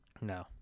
No